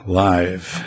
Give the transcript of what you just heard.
live